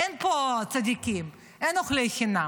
אין פה צדיקים, אין אוכלי חינם.